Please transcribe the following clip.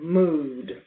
mood